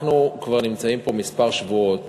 אנחנו כבר נמצאים פה כמה שבועות